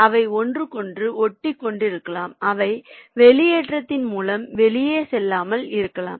அவை ஒன்றுக்கொன்று ஒட்டிக்கொண்டிருக்கலாம் அவை வெளியேற்றத்தின் மூலம் வெளியே செல்லாமல் இருக்கலாம்